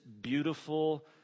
beautiful